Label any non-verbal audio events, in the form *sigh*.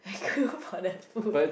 I queue for that food *laughs*